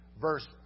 verse